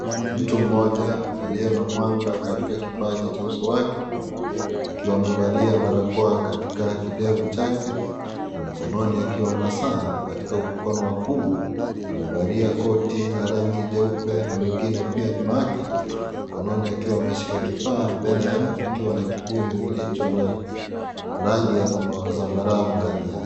Mtu mmoja aliye na mwanga katika kipaji cha uso wake, akiwa amevalia barakoa katika kidevu chake, na mkononi akiwa na saa katika mkono wa kiume, amevalia koti ya rangi jeupe na wengine pia nyuma yake, mkononi akiwa ameshika kifaa mbele yake pakiwa na kibuyu kilicho na rangi ya zambarau ndani yake.